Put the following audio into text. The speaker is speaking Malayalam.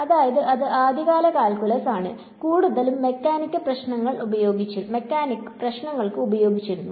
അതായത് അത് ആദ്യകാല കാൽക്കുലസ് ആണ് കൂടുതലും മെക്കാനിക്സ് പ്രശ്നങ്ങൾക്ക് ഉപയോഗിച്ചിരുന്നു